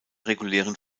regulären